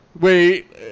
Wait